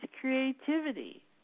creativity